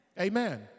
Amen